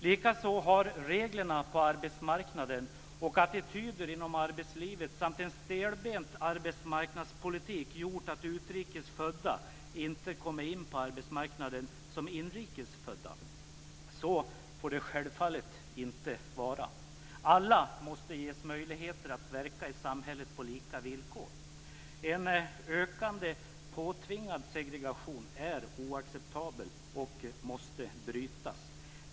Likaså har reglerna på arbetsmarknaden och attityder inom arbetslivet samt en stelbent arbetsmarknadspolitik gjort att utrikes födda inte kommer in på arbetsmarknaden på samma sätt som inrikes födda. Så får det självfallet inte vara. Alla måste ges möjligheter att verka i samhället på lika villkor. En ökande påtvingad segregation är oacceptabel och måste brytas.